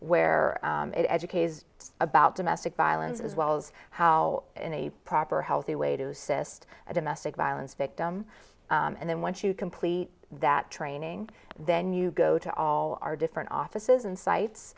where it educates about domestic violence as well as how in a proper healthy way to sist a domestic violence victims and then once you complete that training then you go to all our different offices and sites